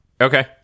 okay